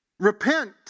repent